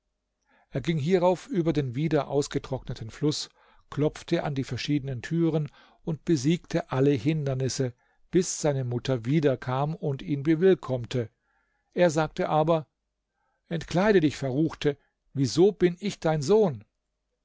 er ging hierauf über den wieder ausgetrockneten fluß klopfte an den verschiedenen türen und besiegte alle hindernisse bis seine mutter wieder kam und ihn bewillkommte er sagte aber entkleide dich verruchte wieso bin ich dein sohn